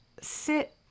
sit